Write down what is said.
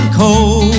cold